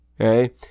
okay